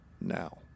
now